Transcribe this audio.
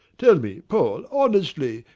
tell me, paul, honestly,